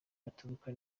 baturuka